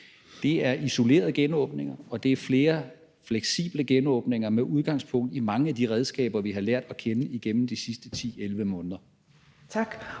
til, er isolerede genåbninger og det er flere fleksible genåbninger med udgangspunkt i mange af de redskaber, vi har lært at kende igennem de sidste 10-11 måneder.